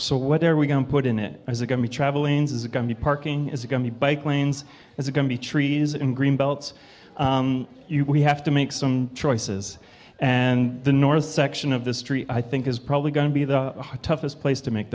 so what are we going to put in it as a going to travel ins is going to be parking is going to be bike lanes it's going to be trees in greenbelt we have to make some choices and the north section of the street i think is probably going to be the toughest place to make